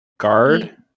Guard